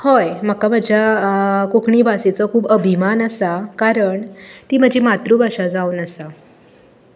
हय म्हाका म्हज्या कोंकणी भाशेचो खूब अभिमान आसा कारण ती म्हजी मातृभाशा जावन आसा